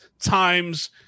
times